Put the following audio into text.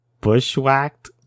Bushwhacked